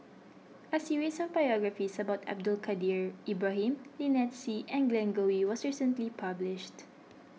a series of biographies about Abdul Kadir Ibrahim Lynnette Seah and Glen Goei was recently published